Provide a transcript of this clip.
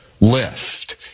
lift